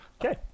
Okay